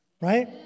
right